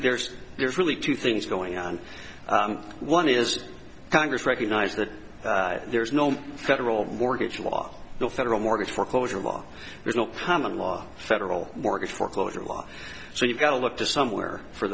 there's there's really two things going on one is congress recognize that there's no federal mortgage law no federal mortgage foreclosure law there's no prominent law federal mortgage foreclosure law so you've got to look to somewhere for